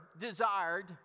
desired